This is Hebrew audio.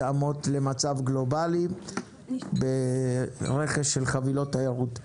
התאמות למצב גלובאלי ברכש של חבילות תיירות.